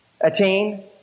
attain